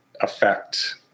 affect